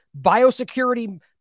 biosecurity